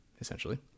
essentially